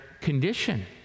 condition